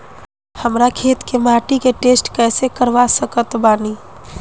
हमरा खेत के माटी के टेस्ट कैसे करवा सकत बानी?